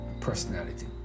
personality